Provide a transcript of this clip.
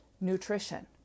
nutrition